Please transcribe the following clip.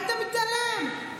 היית מתעלם,